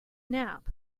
nap